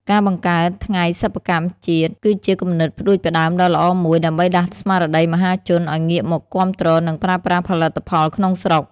ការបង្កើត "ថ្ងៃសិប្បកម្មជាតិ" គឺជាគំនិតផ្ដួចផ្ដើមដ៏ល្អមួយ ដើម្បីដាស់ស្មារតីមហាជនឱ្យងាកមកគាំទ្រ និងប្រើប្រាស់ផលិតផលក្នុងស្រុក។